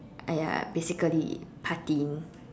!aiya! basically partying